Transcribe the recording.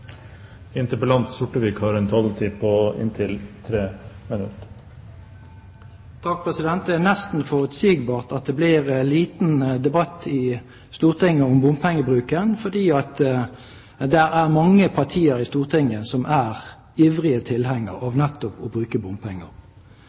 nesten forutsigbart at det blir liten debatt i Stortinget om bompengebruken, fordi det er mange partier i Stortinget som er ivrige tilhengere av